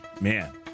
Man